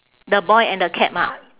the boy and the cap ah